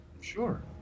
Sure